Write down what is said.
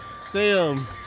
Sam